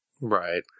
right